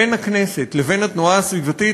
בין הכנסת לבין התנועה הסביבתית,